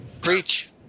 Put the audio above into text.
Preach